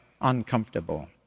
uncomfortable